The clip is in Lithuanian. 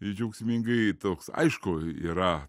ir džiaugsmingai toks aišku yra